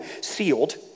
sealed